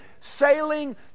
sailing